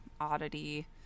oddity